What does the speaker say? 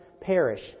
perish